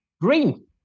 green